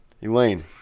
Elaine